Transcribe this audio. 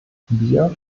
bier